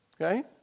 Okay